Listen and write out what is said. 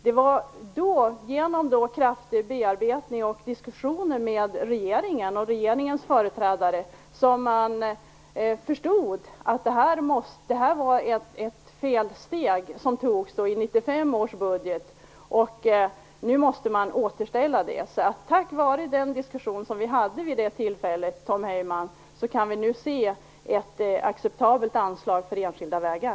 Det var genom kraftig bearbetning och diskussioner med regeringen och regeringens företrädare som de förstod att det här var ett felsteg som hade tagits i 1995 års budget. Nu måste man återställa det. Tack vare den diskussion som vi förde vid det tillfället, Tom Heyman, kan vi nu alltså se ett acceptabelt anslag för enskilda vägar.